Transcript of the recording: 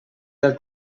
del